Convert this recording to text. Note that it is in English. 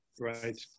Right